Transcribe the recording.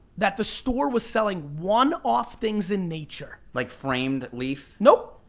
that the store was selling one off things in nature. like framed leaf? nope.